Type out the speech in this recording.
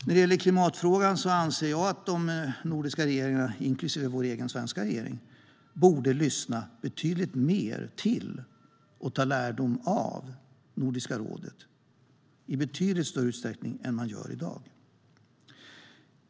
När det gäller klimatfrågan anser jag att de nordiska regeringarna, inklusive vår svenska regering, borde lyssna på och ta lärdom av Nordiska rådet i betydligt större utsträckning än de gör i dag.